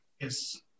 Yes